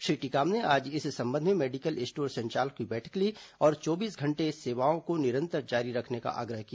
श्री टीकाम ने आज इस संबंध में मेडिकल स्टोर संचालकों की बैठक ली और चौबीस घंटे सेवाओं को निरंतर जारी रखने का आग्रह किया